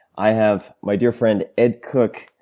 i have my dear friend, ed cooke,